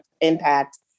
impact